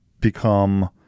become